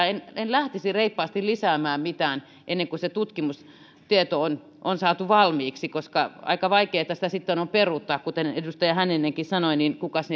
en en lähtisi reippaasti lisäämään mitään ennen kuin se tutkimustieto on on saatu valmiiksi koska aika vaikeata sitä sitten on peruuttaa kuten edustaja hänninenkin sanoi kukas